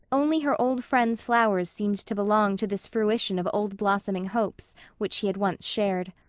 only her old friend's flowers seemed to belong to this fruition of old-blossoming hopes which he had once shared.